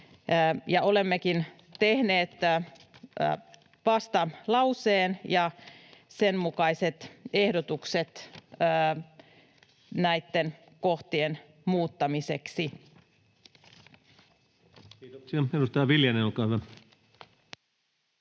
Olemmekin tehneet vastalauseen ja sen mukaiset ehdotukset näitten kohtien muuttamiseksi. [Speech 142] Speaker: Ensimmäinen